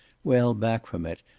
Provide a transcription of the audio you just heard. well back from it,